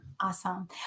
Awesome